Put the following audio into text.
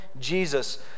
Jesus